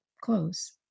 close